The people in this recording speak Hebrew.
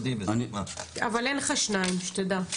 אבל אין לך שניים, שתדע.